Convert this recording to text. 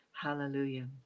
Hallelujah